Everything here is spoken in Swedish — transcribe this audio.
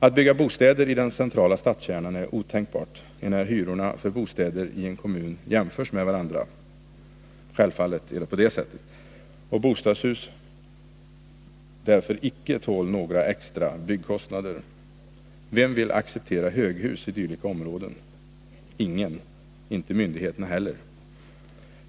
Att bygga bostäder i den centrala stadskärnan är otänkbart, enär hyrorna för bostäder i en kommun jämförs med varandra och bostadshus därför inte tål några extra byggkostnader. Vem vill acceptera höghus i dylika områden? Ingen, inte myndigheterna heller.